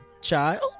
child